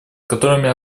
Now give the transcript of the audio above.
которыми